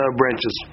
branches